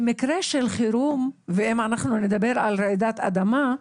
במקרה של חירום, ואם אנחנו נדבר על רעידת אדמה,